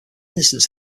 instance